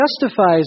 justifies